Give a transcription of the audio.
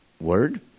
word